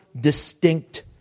distinct